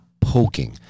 poking